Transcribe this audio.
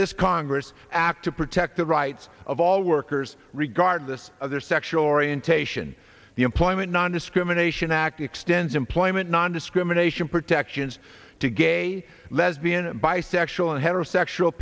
this congress act to protect the rights of all workers regardless of their sexual orientation the employment nondiscrimination act extends employment nondiscrimination protections to gay lesbian bisexual and heterosexual